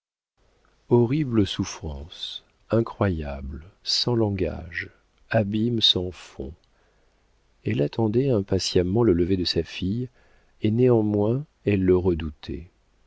souffrances incroyables sans langage abîmes sans fond elle attendait impatiemment le lever de sa fille et néanmoins elle le redoutait